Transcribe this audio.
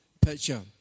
picture